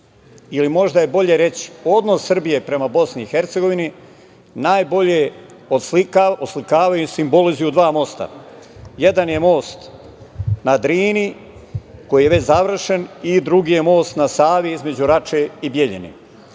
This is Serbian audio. ili možda je bolje reći odnos Srbije prema BiH najbolje oslikavaju i simbolizuju dva mosta - jedan je most na Drini, koji je već završen i drugi je most na Savi, između Rače i Bjeljine.